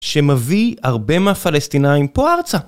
שמביא הרבה מהפלסטינאים פה ארצה